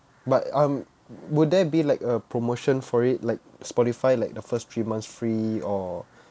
but um will there be like a promotion for it like spotify like the first three months free or